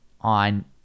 on